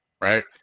right